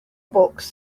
books